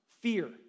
Fear